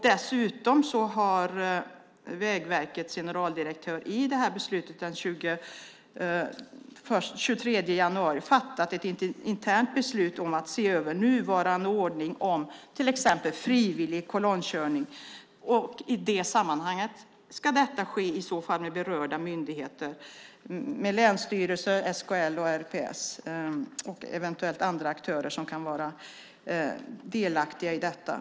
Dessutom har Vägverkets generaldirektör den 23 januari fattat ett internt beslut om att se över nuvarande ordning om till exempel frivillig kolonnkörning. Översynen ska i så fall ske med berörda myndigheter - länsstyrelser, SKL och RPS samt eventuella andra aktörer som kan vara delaktiga i detta.